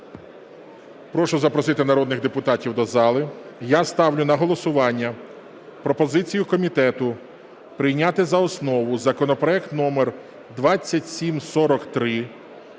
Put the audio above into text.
Прошу запросити народних депутатів до зали. Я ставлю на голосування пропозицію комітету прийняти за основу законопроект номер 2743